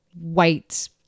white